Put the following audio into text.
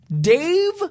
Dave